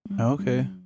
Okay